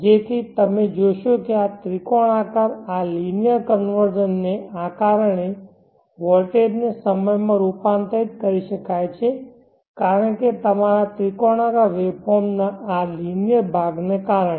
તેથી તમે જોશો આ ત્રિકોણાકાર આ લિનિયર કન્વર્ઝન ને કારણે વોલ્ટેજને સમય માં રૂપાંતરિત કરી શકાય છે કારણ કે તમારા ત્રિકોણાકાર વેવફોર્મ ના આ લિનિયર ભાગને કારણે